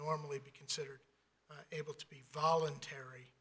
normally be considered able to be voluntary